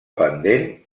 pendent